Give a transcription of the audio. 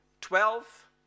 twelve